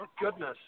goodness